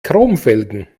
chromfelgen